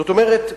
זאת אומרת,